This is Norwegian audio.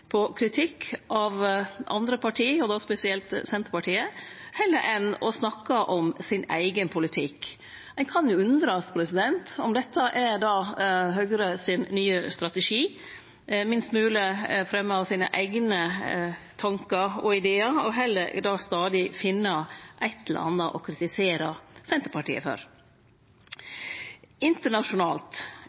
på kritikk av andre parti, og då spesielt Senterpartiet, heller enn å snakke om sin eigen politikk. Ein kan jo undrast om dette er Høgres nye strategi – minst mogleg fremje sine eigne tankar og idear og heller stadig finne eit eller anna å kritisere Senterpartiet for. Internasjonalt